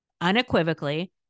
Unequivocally